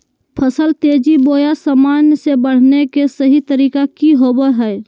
फसल तेजी बोया सामान्य से बढने के सहि तरीका कि होवय हैय?